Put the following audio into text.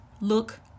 look